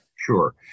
Sure